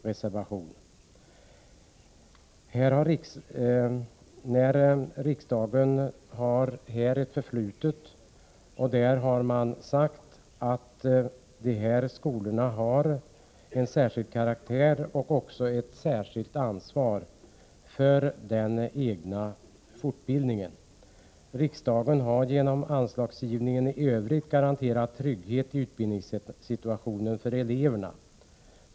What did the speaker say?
Riksdagen har här ett förflutet där det sagts att dessa skolor har en särskild karaktär och även ett särskilt ansvar för den egna fortbildningen. Riksdagen har genom anslagsgivningen i övrigt garanterat trygghet i utbildningssituationen för eleverna.